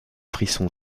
frisson